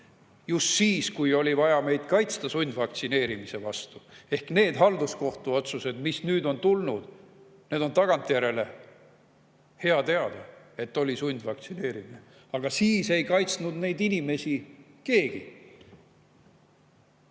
just siis, kui oli vaja meid kaitsta sundvaktsineerimise eest. Need halduskohtu otsused, mis on nüüd tulnud, on tagantjärele. Hea teada, et oli sundvaktsineerimine, aga siis ei kaitsnud neid inimesi